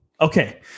Okay